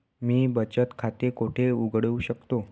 मी बचत खाते कोठे उघडू शकतो?